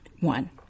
one